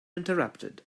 interrupted